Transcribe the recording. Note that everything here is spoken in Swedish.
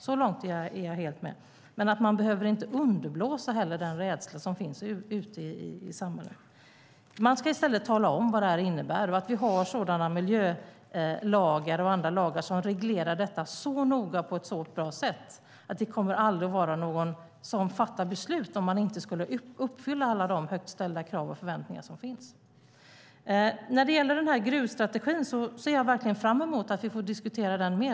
Så långt är jag helt med. Men man behöver inte underblåsa den rädsla som finns ute i samhället. Man ska i stället tala om vad det här innebär och att vi har sådana miljölagar och andra lagar som reglerar detta så noga och på ett så bra sätt att det aldrig kommer att vara någon som fattar beslut om inte alla de högt ställda krav och förväntningar som finns uppfylls. Jag ser verkligen fram emot att vi får diskutera gruvstrategin mer.